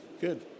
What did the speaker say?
Good